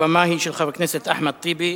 הבמה היא של חבר הכנסת אחמד טיבי.